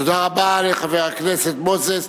תודה רבה לחבר הכנסת מוזס.